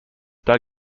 doug